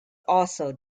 also